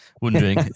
wondering